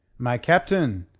my captain,